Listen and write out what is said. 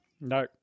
no